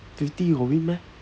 fifty you got win meh